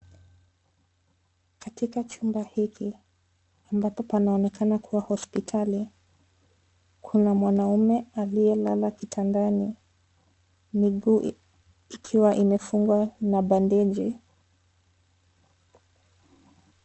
Katika chumba hiki, ambapo panaonekana kuwa hospitali, kuna mwanaume aliyelala kitandani miguu ikiwa imefungwa na bendeji.